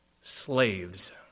slaves